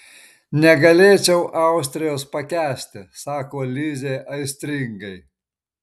negalėčiau austrijos pakęsti sako lizė aistringai